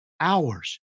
hours